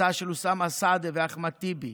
הצעה של אוסאמה סעדי ואחמד טיבי